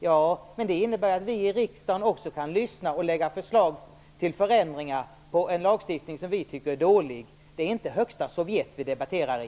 Ja, men det innebär ju att vi i riksdagen också kan lyssna och lägga förslag till förändringar av en lagstiftning som vi tycker är dålig. Det är inte högsta sovjet vi debatterar i.